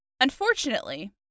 Unfortunately